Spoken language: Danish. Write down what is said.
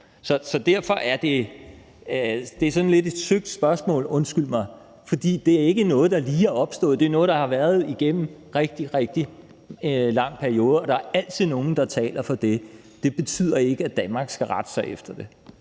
om. Derfor er det et lidt, undskyld mig, søgt spørgsmål, for det er ikke noget, der lige er opstået. Det er noget, der har været der igennem en rigtig, rigtig lang periode, og der er altid nogen, der taler for det. Det betyder ikke, at Danmark skal rette sig efter det.